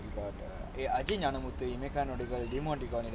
we got err ajith nyanamuthu imaika nodigal